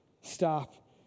stop